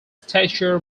statue